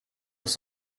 doch